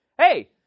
Hey